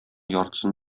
яртысын